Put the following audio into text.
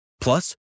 Plus